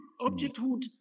Objecthood